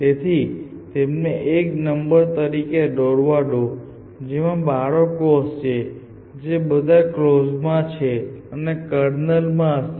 તેથી તેમને એક નંબર તરીકે દોરવા દો જેમાં બાળકો હશે જે બધા કલોઝ માં છે તે કર્નલમાં હશે